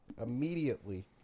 Immediately